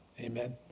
Amen